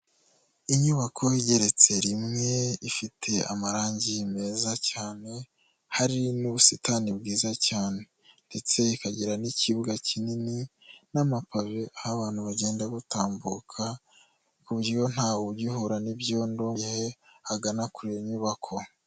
Inyubako igeretse rimwe, ifite amarangi meza cyane hari n'ubusitani bwiza cyane, ndetse ikagira n'ikibuga kinini n'amapave aho abantu bagenda batambuka, ku buryo ntaw’ugihura n'ibyondo mu gihe agana kuriyo nyubako.